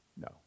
no